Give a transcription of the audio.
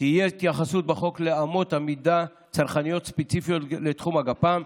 תהיה התייחסות בחוק לאמות מידה צרכניות ספציפיות לתחום הגפ"ם,